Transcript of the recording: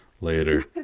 Later